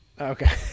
Okay